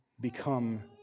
become